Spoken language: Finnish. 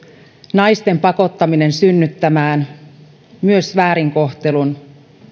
naisten pakottaminen synnyttämään myös väärinkohtelun